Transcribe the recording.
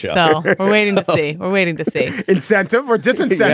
yeah so waiting to see or waiting to see incentive or distance. yeah